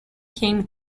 came